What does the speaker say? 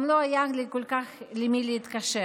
וגם לא היה לי כל כך למי להתקשר.